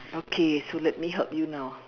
okay so let me help you now